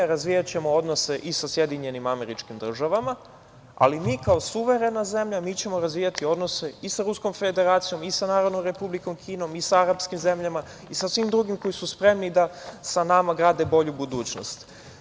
Razvijaćemo odnose i sa SAD, ali mi kao suverena zemlja mi ćemo razvijati odnose i sa Ruskom Federacijom i sa Narodnom Republikom Kinom i sa arapskim zemljama i sa svim drugim koji su spremni da sa nama grade bolju budućnost.